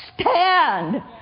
stand